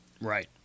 Right